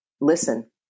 listen